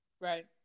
Right